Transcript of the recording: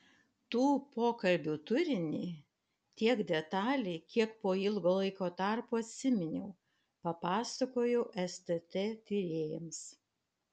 tų pokalbių turinį tiek detaliai kiek po ilgo laiko tarpo atsiminiau papasakojau stt tyrėjams